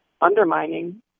undermining